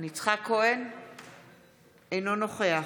אינו נוכח